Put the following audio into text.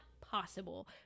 possible